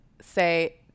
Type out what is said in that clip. say